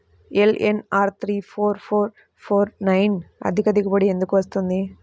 LNR three four four four nine అధిక దిగుబడి ఎందుకు వస్తుంది?